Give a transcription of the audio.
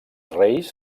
reis